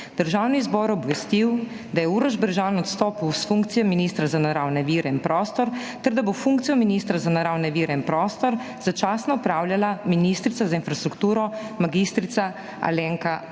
Državni zbor obvestil, da je Uroš Brežan odstopil s funkcije ministra za naravne vire in prostor ter da bo funkcijo ministra za naravne vire in prostor začasno opravljala ministrica za infrastrukturo mag. Alenka